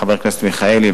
חבר הכנסת מיכאלי,